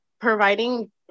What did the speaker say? providing